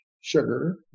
sugar